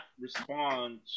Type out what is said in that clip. respond